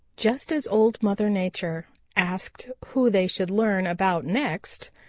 just as old mother nature asked who they should learn about next,